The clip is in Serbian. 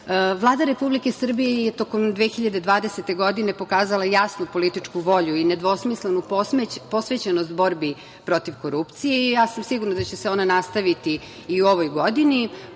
Republike Srbije je tokom 2020. godine pokazala jasnu političku volju i nedvosmislenu posvećenost u borbi protiv korupcije i ja sam sigurna da će se ona nastaviti i u ovoj godini,